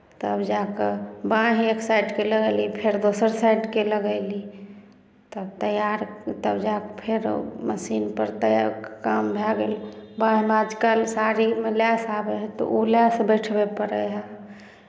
तब जा कऽ बाँहि एक साइडकेँ लगयली फेर दोसर साइडके लगयली तब तैयार तब जा कऽ फेर मशीनपर तैय काम भए गेल बाँहिमे आजकल साड़ीमे लैस आबै हइ तऽ ओ लैस बैठबय पड़ै हए